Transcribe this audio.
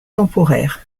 temporaire